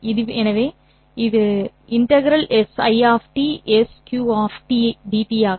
எனவே இது ∫ SI SQ dt ஆக இருக்கும்